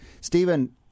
Stephen